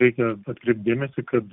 reikia atkreipt dėmesį kad